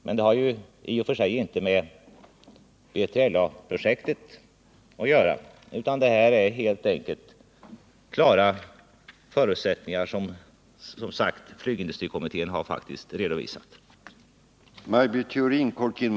Men det har ju i och för sig inte med B3LA-projektet att göra, utan det här är helt enkelt de klara förutsättningar som flygindustrikommittén faktiskt har redovisat. tets inverkan på vissa försvarskostnader